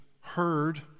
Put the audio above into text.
heard